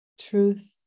truth